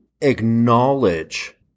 acknowledge